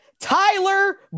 Tyler